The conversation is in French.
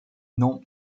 nom